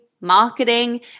marketing